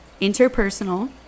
Interpersonal